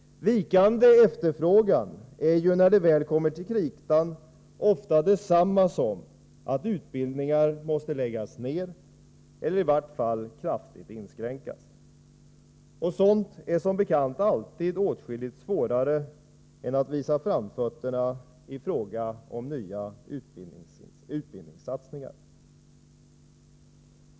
Vikande efterfrågan är ju, när det kommer till kritan, ofta detsamma som att utbildningar måste läggas ned eller i vart fall kraftigt inskränkas. Sådant är som bekant alltid svårare än att visa framfötterna i fråga om nya utbildningssatsningar.